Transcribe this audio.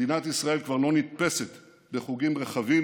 מדינת ישראל כבר לא נתפסת בחוגים רחבים